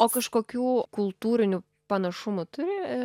o kažkokių kultūrinių panašumų turi